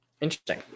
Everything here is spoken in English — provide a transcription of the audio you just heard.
Interesting